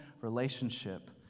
relationship